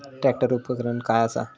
Tractor उपकरण काय असा?